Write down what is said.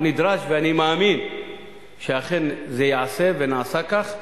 נדרש, ואני מאמין שאכן זה ייעשה ונעשה כך.